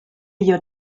your